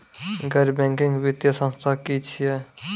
गैर बैंकिंग वित्तीय संस्था की छियै?